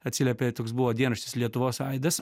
atsiliepė toks buvo dienraštis lietuvos aidas